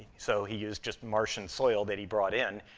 so he used just martian soil that he brought in,